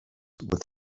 with